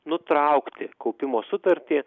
nutraukti kaupimo sutartį